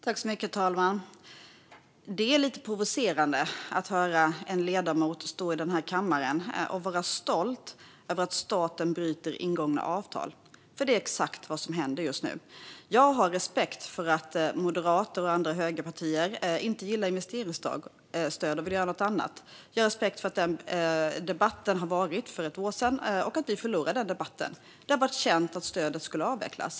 Herr talman! Det är lite provocerande att höra en ledamot stå i den här kammaren och vara stolt över att staten bryter ingångna avtal, för det är ju exakt vad som händer just nu. Jag har respekt för att moderater och andra högerpartier inte gillar investeringsstöd och vill göra något annat. Jag har respekt för att den debatten var för ett år sedan och att vi förlorade den debatten. Det har varit känt att stödet skulle avvecklas.